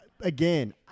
Again